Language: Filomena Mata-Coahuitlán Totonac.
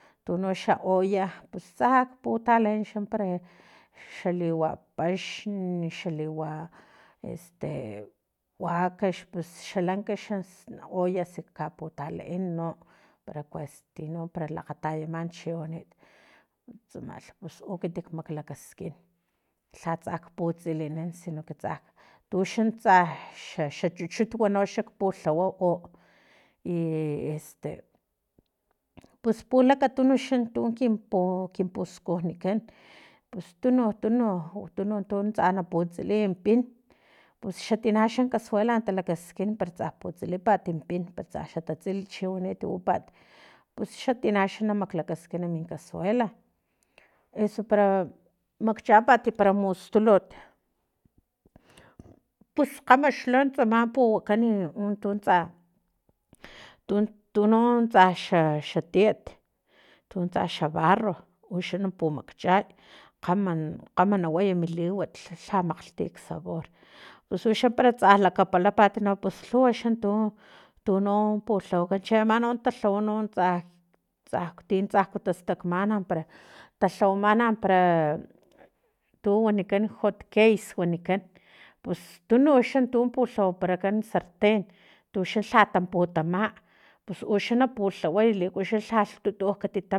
Tuno xa olla pus lha putaleen xa para xa liwa paxn xa liwa este wakax pus xalanka ollas ka putaleen no para kues tino lakgatayaman chiwanit tsamalh pus ukiti maklakaskin lha tsa putsilinan sino que tsa tuxan tsa xa xachuchut no xa pulhawa u i este pus pilakatunu xa kinpu kinpuskunjni kan pus tunu tunu tunu tu tsa na putsiliy pinpus xa tina noxa kasuela talakaskin para tsa putsilipat min pin tsa xa tatsil chiwanit liwapat pus xa tina axni na maklakaskin min casuela eso para makchapat para mustulut pus kgama xla tsama wakani untu tsa tu tun tsa xa xatiat tuntsa xa barro uxa na pumakchay kgama kgama na way mi liwat lha makgti sabor uxa para tsa lakapalapat pus lhuwa xa tu tuno pulhawakan chino ama talhwa no tsa tsa ti tsa tsaku tastakmana para talhawamana para tu wanikan hot kakes wanikan pus tunu xa tu pulhawaparakan sarten tuxa lha tamputama pus uxa na pulhaway liku xa lhalh tutu kati putama